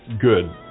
good